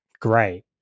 great